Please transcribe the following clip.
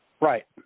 Right